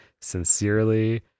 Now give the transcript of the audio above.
Sincerely